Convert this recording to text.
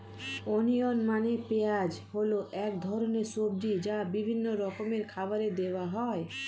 onion মানে পেঁয়াজ হল এক ধরনের সবজি যা বিভিন্ন রকমের খাবারে দেওয়া হয়